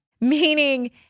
meaning